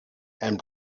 and